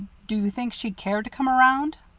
do you think she'd care to come around?